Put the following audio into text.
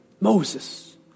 Moses